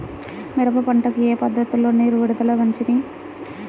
మిరప పంటకు ఏ పద్ధతిలో నీరు విడుదల మంచిది?